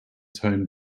toned